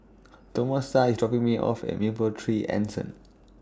Tomasa IS dropping Me off At Mapletree Anson